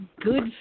good